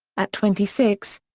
at twenty six,